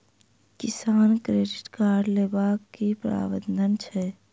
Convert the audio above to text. किसान credit card लेबाक की प्रावधान छै?